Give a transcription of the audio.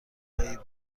هایی